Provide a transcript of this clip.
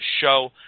show